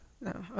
No